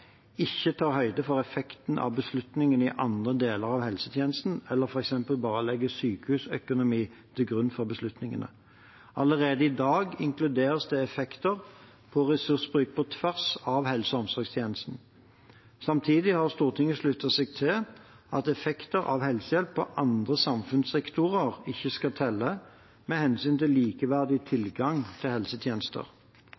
ikke tar høyde for effekten av beslutningene i andre deler av helsetjenesten, eller f.eks. bare legger sykehusøkonomi til grunn for beslutningene. Allerede i dag inkluderes det effekter for ressursbruk på tvers av helse- og omsorgstjenesten. Samtidig har Stortinget sluttet seg til at effekter av helsehjelp på andre samfunnssektorer ikke skal telle med hensyn til likeverdig tilgang til